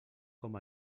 com